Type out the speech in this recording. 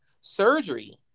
surgery